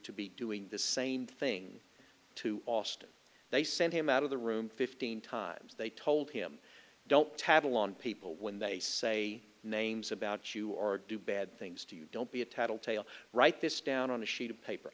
to be doing the same thing to austin they sent him out of the room fifteen times they told him don't tattle on people when they say names about you are do bad things to you don't be a tattle tale write this down on a sheet of paper